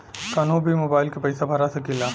कन्हू भी मोबाइल के पैसा भरा सकीला?